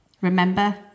Remember